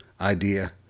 idea